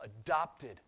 adopted